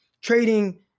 trading